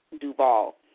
Duval